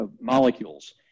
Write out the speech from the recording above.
molecules